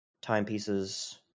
timepieces